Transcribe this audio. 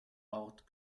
ort